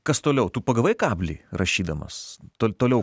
kas toliau tu pagavai kablį rašydamas to toliau